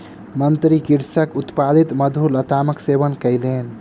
मंत्री कृषकक उत्पादित मधुर लतामक सेवन कयलैन